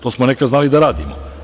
To smo nekada znali da radimo.